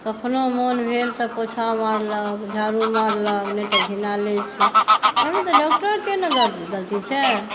कखनो मोन भेल तऽ पोछा मारलक झाड़ू मारलक नहि तऽ घिनायले छै तऽ एहिमे तऽ डॉक्टरके ने गलती छै